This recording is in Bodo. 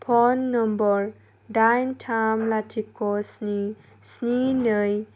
फन नम्बर दाइन थाम लाथिख' स्नि स्नि नै